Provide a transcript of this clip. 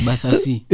Basasi